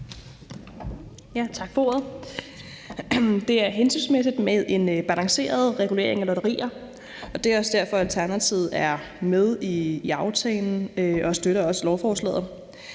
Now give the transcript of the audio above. Tak for ordet. Det er hensigtsmæssigt med en balanceret regulering af lotterier, og det er også derfor, Alternativet er med i aftalen og også støtter lovforslaget.